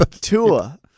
Tua